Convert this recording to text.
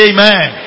Amen